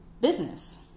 business